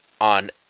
on